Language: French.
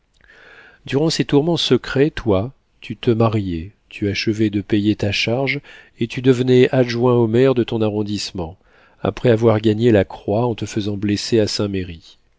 durant ces tourments secrets toi tu te mariais tu achevais de payer ta charge et tu devenais adjoint au maire de ton arrondissement après avoir gagné la croix en te faisant blesser à